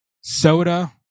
soda